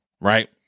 Right